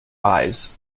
eyes